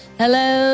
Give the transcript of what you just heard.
hello